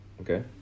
okay